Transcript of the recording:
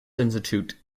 institute